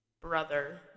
brother